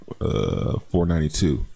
492